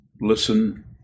Listen